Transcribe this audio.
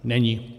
Není.